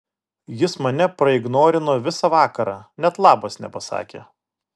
jis mane praignorino visą vakarą net labas nepasakė